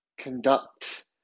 conduct